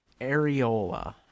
areola